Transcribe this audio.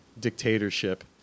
dictatorship